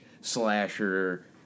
slasher